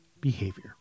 behavior